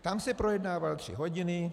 Tam se projednával tři hodiny.